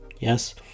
Yes